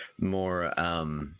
more